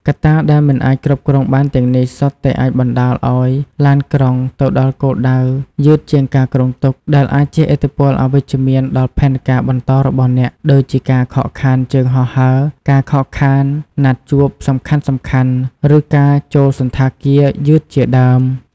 កត្តាដែលមិនអាចគ្រប់គ្រងបានទាំងនេះ សុទ្ធតែអាចបណ្តាលឱ្យឡានក្រុងទៅដល់គោលដៅ យឺតជាងការគ្រោងទុក ដែលអាចជះឥទ្ធិពលអវិជ្ជមានដល់ផែនការបន្តរបស់អ្នក ដូចជាការខកខានជើងហោះហើរ ការខកខានណាត់ជួបសំខាន់ៗ ឬការចូលសណ្ឋាគារយឺតជាដើម។